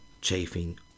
chafing